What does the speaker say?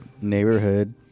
neighborhood